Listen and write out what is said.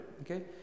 okay